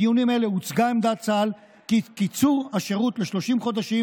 בדיונים האלה הוצגה עמדת צה"ל כי קיצור השירות ל-30 חודשים